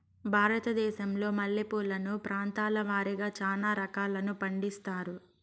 భారతదేశంలో మల్లె పూలను ప్రాంతాల వారిగా చానా రకాలను పండిస్తారు